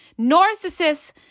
narcissists